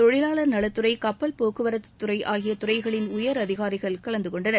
தொழிவாளர் நலத்துறை கப்பல் போக்குவரத்துத்துறை ஆகிய துறைகளின் உயர் அதிகாரிகள் கலந்து கொண்டனர்